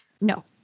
No